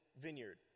vineyard